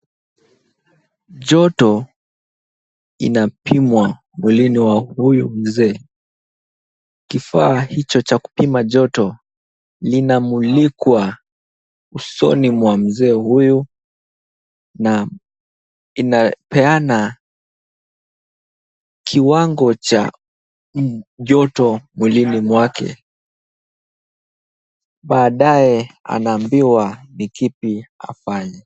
Joto inapimwa mwilini mwa huyu mzee. Kifaa hicho cha kupima joto, linamulikwa usoni mwa mzee huyu, na inapeana kiwango cha joto mwilini mwake. Baadaye anaambiwa ni kipi afanye.